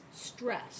stress